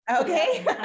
Okay